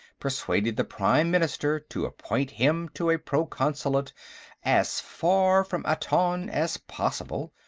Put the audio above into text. persuaded the prime minister to appoint him to a proconsulate as far from aton as possible,